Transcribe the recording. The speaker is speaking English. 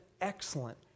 excellent